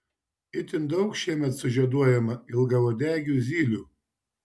itin daug šiemet sužieduojama ilgauodegių zylių